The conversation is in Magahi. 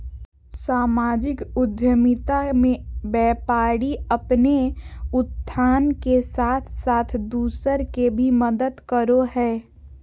सामाजिक उद्द्मिता मे व्यापारी अपने उत्थान के साथ साथ दूसर के भी मदद करो हय